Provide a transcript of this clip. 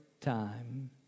time